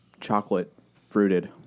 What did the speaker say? chocolate-fruited